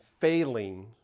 failing